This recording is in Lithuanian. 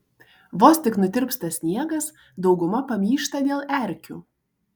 vos tik nutirpsta sniegas dauguma pamyšta dėl erkių